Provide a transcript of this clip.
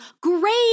great